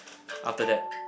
after that